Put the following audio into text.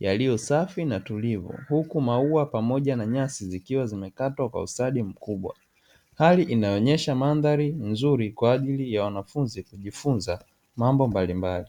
yaliyo safi na tulivu, huku maua pamoja na nyasi zikiwa zimekatwa kwa ustadi mkubwa, hali inayoosha mandhari nzuri kwa ajili ya wanafunzi ya kujifunza mambo mbalimbali.